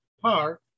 par